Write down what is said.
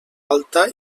alta